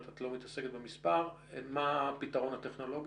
מה הפתרון הטכנולוגי?